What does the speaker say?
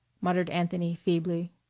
muttered anthony feebly.